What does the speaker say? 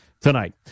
tonight